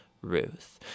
Ruth